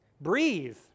breathe